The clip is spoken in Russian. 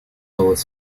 пыталась